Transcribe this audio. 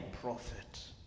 prophet